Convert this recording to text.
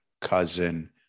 cousin